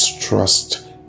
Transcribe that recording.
trust